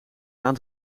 aan